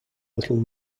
little